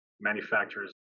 manufacturers